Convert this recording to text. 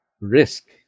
risk